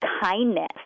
kindness